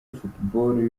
football